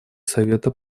совета